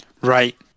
Right